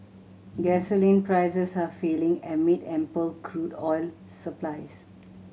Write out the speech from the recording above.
gasoline prices are falling amid ample crude oil supplies